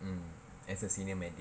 mm as a senior medic